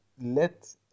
let